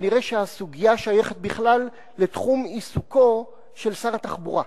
נראה שהסוגיה שייכת בכלל לתחום עיסוקו של שר התחבורה.